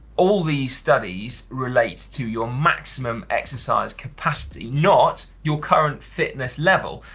all these studies relates to your maximum exercise capacity, not your current fitness level,